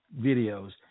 videos